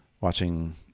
watching